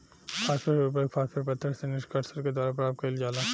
phosphate उर्वरक, phosphate पत्थर से निष्कर्षण के द्वारा प्राप्त कईल जाला